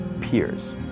peers